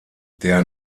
der